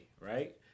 right